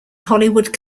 hollywood